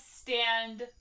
stand